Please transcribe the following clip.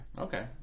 okay